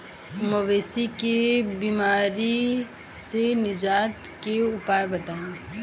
मवेशी के बिमारी से निजात के उपाय बताई?